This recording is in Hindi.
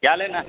क्या लेना